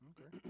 Okay